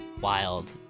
wild